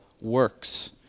works